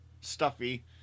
stuffy